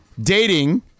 dating